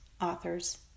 authors